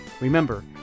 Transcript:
Remember